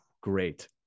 great